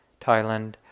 Thailand